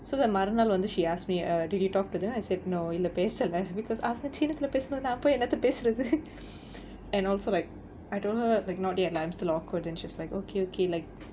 so the மறுநாள் வந்து:marunaal vanthu she asked me err did you talk to them then I said no இல்ல பேசல:illa pesala because அவங்க சீனத்துல பேசும்போது நான் அப்புறம் என்னத்த பேசுறது:avanga chinnathula pesumpothu naan appuram ennatha pesurathu and also like I told her like not yet lah I'm still awkward and she's like okay okay like